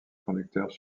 conducteurs